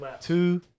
Two